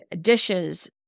dishes